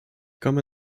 komme